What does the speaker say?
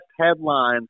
headline